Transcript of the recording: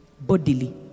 bodily